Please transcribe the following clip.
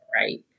right